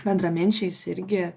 bendraminčiais irgi